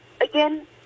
again